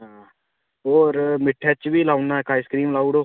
हां होर मिट्ठे च बी लाई ओड़ना इक आइसक्रीम लाई ओड़ो